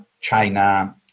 China